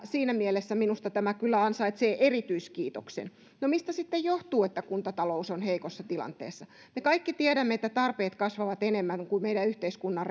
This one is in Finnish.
siinä mielessä minusta tämä kyllä ansaitsee erityiskiitoksen no mistä sitten johtuu että kuntatalous on heikossa tilanteessa me kaikki tiedämme että tarpeet kasvavat enemmän kuin meidän yhteiskunnan